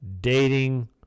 dating